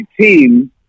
team